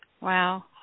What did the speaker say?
Wow